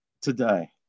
today